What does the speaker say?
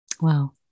Wow